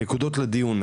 נקודות לדיון,